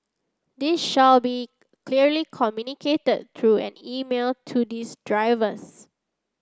this shall be clearly communicated through an email to these drivers